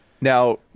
Now